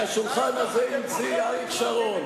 חבר הכנסת והבה, את השולחן הזה המציא אריק שרון.